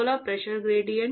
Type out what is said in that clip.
raw pressure gradient